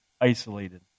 isolated